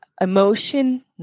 emotion